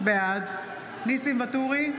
בעד ניסים ואטורי,